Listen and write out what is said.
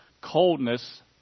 coldness